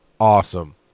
Awesome